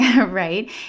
Right